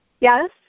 yes